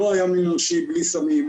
לא היה מין אנושי בלי סמים,